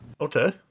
okay